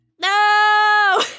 No